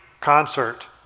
concert